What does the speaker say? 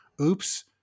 oops